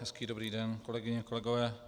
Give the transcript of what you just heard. Hezký dobrý den, kolegyně, kolegové.